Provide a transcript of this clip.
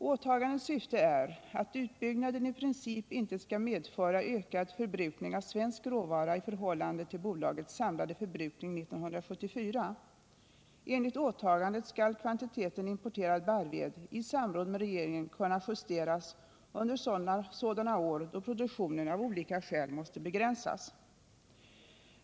Åtagandets syfte är att utbyggnaden i princip inte skall medföra ökad förbrukning av svensk råvara i förhållande till bolagets samlade förbrukning 1974. Enligt åtagandet skall kvantiteten importerad barrved i samråd med regeringen kunna justeras under sådana år då produktionen av olika skäl måste begränsas.